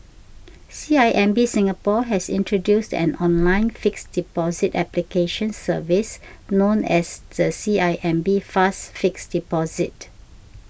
C I M B Singapore has introduced an online fixed deposit application service known as the C I M B Fast Fixed Deposit